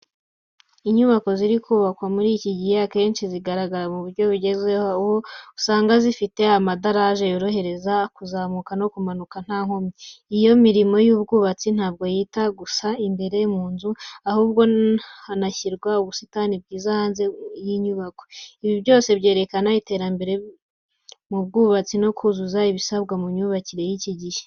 Inyubako ziri kubakwa muri iki gihe, akenshi zigaragara mu buryo bugezweho, aho usanga zifite amadarage yorohereza abantu kuzamuka no kumanuka nta nkomyi. Iyo mirimo y'ubwubatsi ntabwo yita gusa imbere mu nzu, ahubwo hanashyirwaho ubusitani bwiza hanze y'inyubako. Ibi byose byerekana iterambere mu bwubatsi no kuzuza ibisabwa mu myubakire y'iki gihe.